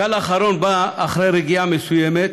הגל האחרון בא אחרי רגיעה מסוימת